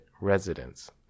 residence